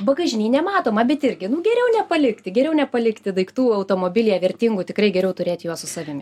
bagažinėj nematoma bet irgi nu geriau nepalikti geriau nepalikti daiktų automobilyje vertingų tikrai geriau turėti juos su savimi